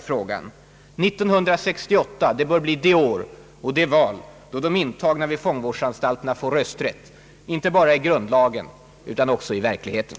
1968 bör bli det år och det val då de intagna vid fångvårdsanstalter får rösträtt — inte bara i grundlagen utan också i verkligheten.